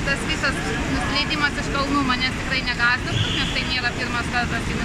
tas visas nusileidimas iš kalnų manęs tikrai negąsdina nes tai nėra pirmas kartas kai